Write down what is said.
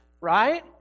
right